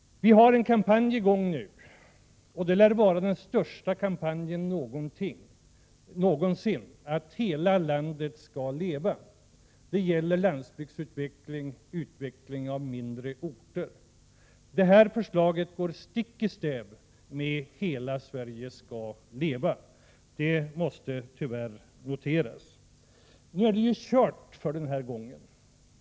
Vi har en kampanj i gång nu — det lär vara den största kampanjen någonsin — som går ut på att Hela landet skall leva. Det gäller landsbygdsutveckling och utveckling av mindre orter. Det här förslaget går stick i stäv mot kampanjen Hela Sverige skall leva — det måste tyvärr noteras. Nu är ju loppet kört för den här gången.